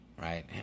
right